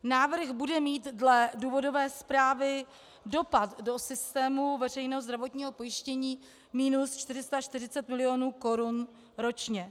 Návrh bude mít dle důvodové zprávy dopad do systému veřejného zdravotního pojištění minus 440 mil. korun ročně.